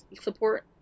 support